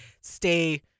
stay